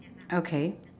okay